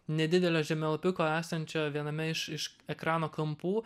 nedidelio žemėlapiuko esančio viename iš iš ekrano kampų